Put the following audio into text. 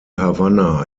havana